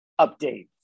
updates